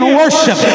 worship